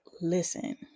listen